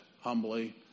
humbly